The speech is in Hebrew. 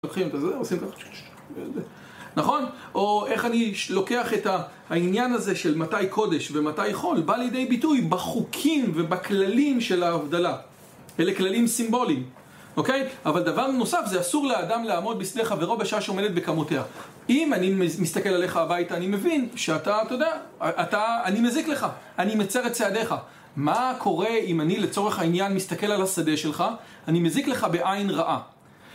נכון? או איך אני לוקח את העניין הזה של מתי קודש ומתי חול בא לידי ביטוי בחוקים ובכללים של ההבדלה אלה כללים סימבוליים, אוקיי? אבל דבר נוסף זה "אסור לאדם לעמוד בשדה חבירו שעה שעומדת בקמותיה" אם אני מסתכל עליך הביתה אני מבין שאתה, אתה יודע, אני מזיק לך אני מצר את צעדיך מה קורה אם אני לצורך העניין מסתכל על השדה שלך אני מזיק לך בעין רעה